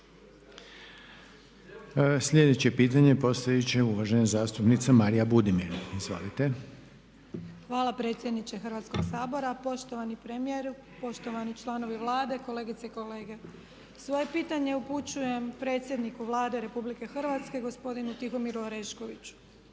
Sljedeće pitanje postavit će uvažena zastupnica Marija Budimir. Izvolite. **Budimir, Marija (HDZ)** Hvala predsjedniče Hrvatskog sabora. Poštovani premijeru, poštovani članovi Vlade, kolegice i kolege. Svoje pitanje upućujem predsjedniku Vlade RH gosp. Tihomiru Oreškoviću.